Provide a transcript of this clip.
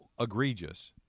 egregious